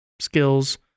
skills